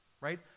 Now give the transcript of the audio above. right